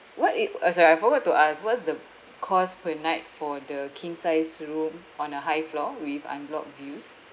what it orh sorry I forgot to ask what's the cost per night for the king sized room on a high floor with unblocked views